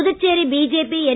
Puducherry BJP என்